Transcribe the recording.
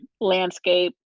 Landscape